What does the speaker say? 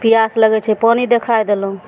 पियास लगै छै पानि देखाइ देलहुॅं